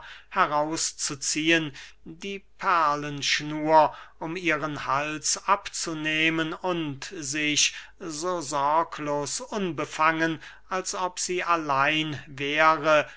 heraus zu ziehen die perlenschnur um ihren hals abzunehmen und sich so sorglos unbefangen als ob sie allein wäre